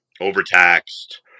overtaxed